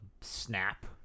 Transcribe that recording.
Snap